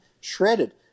shredded